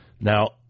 Now